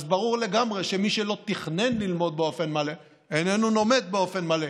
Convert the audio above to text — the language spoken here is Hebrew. אז ברור לגמרי שמי שלא תכנן ללמוד באופן מלא איננו לומד באופן מלא.